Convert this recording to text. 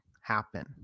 happen